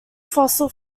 fossil